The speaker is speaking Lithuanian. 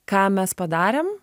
ką mes padarėm